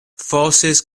forces